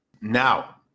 Now